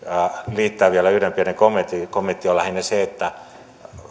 liittää vielä yhden pienen kommentin kommentti on lähinnä se että